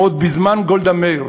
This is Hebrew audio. עוד בזמן גולדה מאיר,